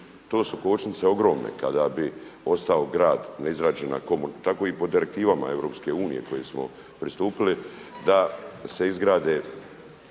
To su kočnice ogromne. Kada bi ostao grad, neizrađena komunalna, tako i po direktivama EU koje smo pristupili, da se izgrade